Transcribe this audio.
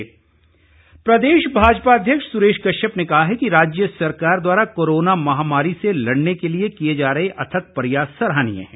सुरेश कश्यप प्रदेश भाजपा अध्यक्ष सुरेश कश्यप ने कहा है कि राज्य सरकार द्वारा कोरोना महामारी से लड़ने के लिए किए जा रहे अथक प्रयास सराहनीय है